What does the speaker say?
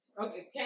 Okay